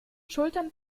schultern